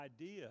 idea